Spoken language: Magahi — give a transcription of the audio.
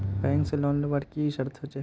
बैंक से लोन लुबार की की शर्त होचए?